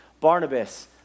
Barnabas